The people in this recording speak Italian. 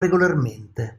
regolarmente